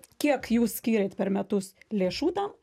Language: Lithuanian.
kiek jūs skyrėt per metus lėšų tam